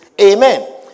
Amen